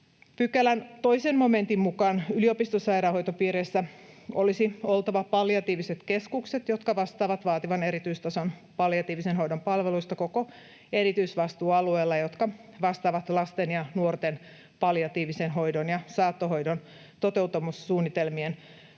Pykälän 2 momentin mukaan yliopistosairaanhoitopiireissä olisi oltava palliatiiviset keskukset, jotka vastaavat vaativan erityistason palliatiivisen hoidon palveluista koko erityisvastuualueella ja jotka vastaavat lasten ja nuorten palliatiivisen hoidon ja saattohoidon toteuttamissuunnitelmien laadinnasta.